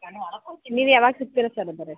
ನೀವು ಯಾವಾಗ ಸಿಕ್ತೀರಾ ಸರ್ ಅಂದರೆ